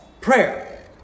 prayer